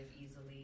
easily